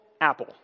apple